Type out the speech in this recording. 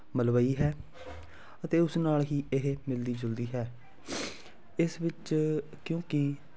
ਮਲਵਈ ਹੈ ਅਤੇ ਉਸ ਨਾਲ ਹੀ ਇਹ ਮਿਲਦੀ ਜੁਲਦੀ ਹੈ ਇਸ ਵਿੱਚ ਕਿਉਂਕਿ